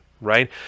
right